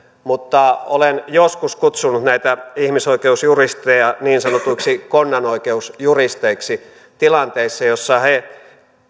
mutta olen joskus kutsunut näitä ihmisoikeusjuristeja niin sanotuiksi konnanoikeusjuristeiksi tilanteissa joissa he